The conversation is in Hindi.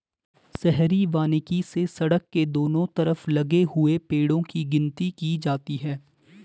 शहरी वानिकी से सड़क के दोनों तरफ लगे हुए पेड़ो की गिनती की जाती है